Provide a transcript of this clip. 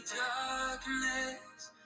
darkness